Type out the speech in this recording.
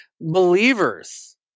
believers